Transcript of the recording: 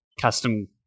custom